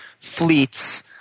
fleets